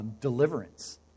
deliverance